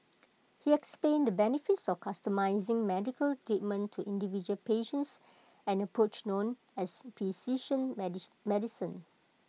he explained the benefits of customising medical treatment to individual patients an approach known as precision medicine